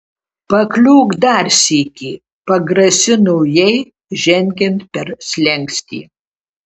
pakliūk dar sykį pagrasino jai žengiant per slenkstį